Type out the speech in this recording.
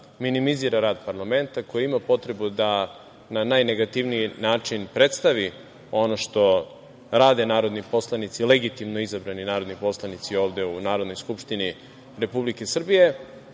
minimizira rad parlamenta, koji ima potrebu da na najnegativniji način predstavi ono što rade narodni poslanici, legitimno izabrani narodni poslanici ovde u Narodnoj skupštini Republike Srbije.